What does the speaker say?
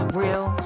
real